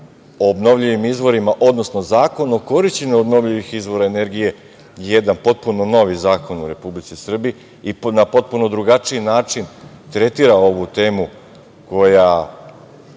o obnovljivim izvorima, odnosno Zakon o korišćenju obnovljivih izvora energije je jedan potpuno novi zakon u Republici Srbiji i na potpuno drugačiji način tretira ovu temu koja